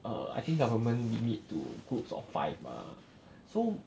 err I think government we need to groups of five mah so